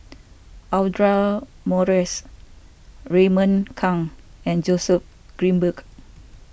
Audra Morrice Raymond Kang and Joseph Grimberg